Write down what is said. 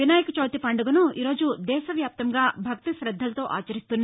వినాయక చవితి పండుగను ఈరోజు దేశవ్యాప్తంగా భక్తి తద్దలతో ఆచరిస్తున్నారు